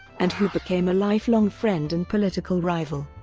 and who became a lifelong friend and political rival.